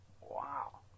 Wow